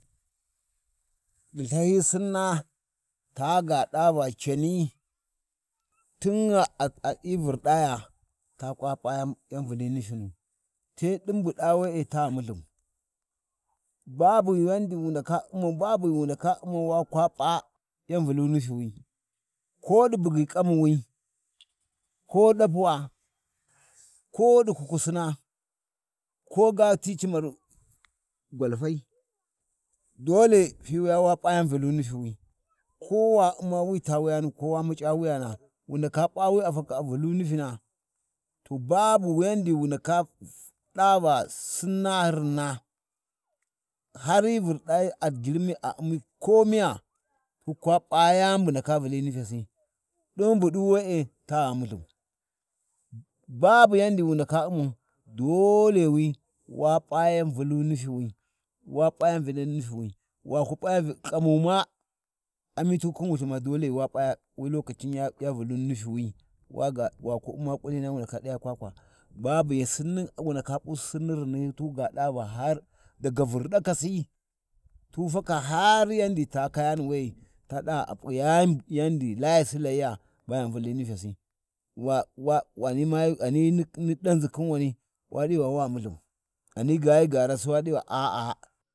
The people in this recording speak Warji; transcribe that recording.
﻿ Di Lthahyi Sinna taga ɗa va cani tingha hyi Vurɗaya ta kwa yan-yan Vuli nufinu te ɗin bu ɗa we-e ta Mulhau, babu yandi wu ndaka U'mau, babu yandi wu ndaka U'ma wa kwa p’a yau Vulu hufiwi, kodi bugyi kanwi ko ɗapuwa koɗi kukusin koga ti cinar gwalfai dole fi wuya wa p’a yan vulu rufiwi, ko wa U'ma wi ta wuyana ko wa muɗa wuyana wu ndaka p’a wi a fakhi a Vulu nufina to babu yandi wu ndaka ɗava Sinna virra ihar hyi Vurdayi, a ghirmi a u'mi kouya, tu kwa p’a yan ndaka Vuhi nufisi ɗin buɗu we'e la mulhau, babu yan bu wu ndaka U'mau, dole wi wa ndaka p’a yan Vulu nufiwi. Wa p’a yan vulu nufiwi waku p’a-vyu kamu ma amitu khin wulthu ma, dole wa p’a wi lokacin ma wa p’a yan vulu nufyuwi i waga walau U’ma kulina wa ga daya kwa-kwa babu Sinni, wu ndaka pusi Sinni rinni hyi tu ga ɗuva har daga Vurɗakasi tu faka har ghi ta we kaya ghi ta we kayani we'e, a p’i yan layasi Layiya ba yan Vuli nufyasi, wa—wa-wa ghani hi ni ɗanʒi khin wani, wa ɗi va wa Multhau ghani ga hyi gaara, sai waɗiva a'a.